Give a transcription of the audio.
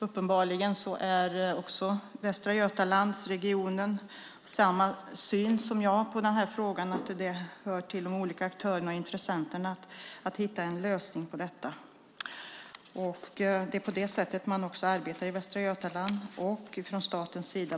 Uppenbarligen har man i Västra Götalandsregionen samma syn som jag i den här frågan, att det är upp till de olika aktörerna och intressenterna att hitta en lösning på detta. Det är på det sättet man arbetar i Västra Götaland och från statens sida.